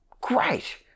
Great